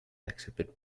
accepted